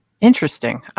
Interesting